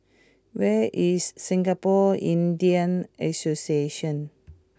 where is Singapore Indian Association